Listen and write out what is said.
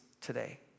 today